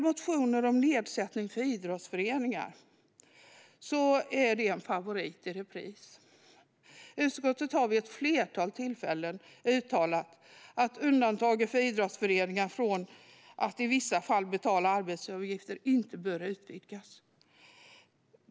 Motioner om nedsättning för idrottsföreningar är en favorit i repris. Utskottet har vid ett flertal tillfällen uttalat att undantaget för idrottsföreningar, som innebär att de i vissa fall inte betalar arbetsgivaravgifter, inte bör utvidgas.